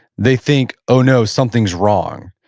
they think, oh no, something's wrong.